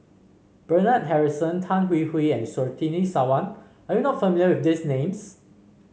Bernard Harrison Tan Hwee Hwee and Surtini Sarwan are you not familiar with these names